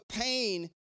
pain